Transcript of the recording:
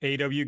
AW